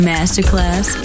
Masterclass